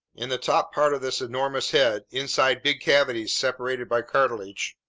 in the top part of this enormous head, inside big cavities separated by cartilage,